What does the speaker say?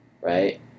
right